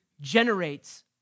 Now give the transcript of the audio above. generates